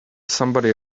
somebody